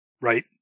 Right